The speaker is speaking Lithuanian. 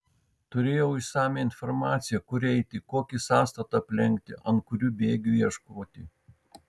turėjau išsamią informaciją kur eiti kokį sąstatą aplenkti ant kurių bėgių ieškoti